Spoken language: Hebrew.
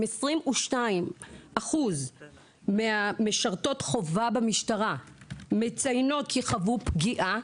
אם 22% ממשרתות החובה במשטרה מציינות כי הן חוו פגיעה,